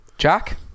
Jack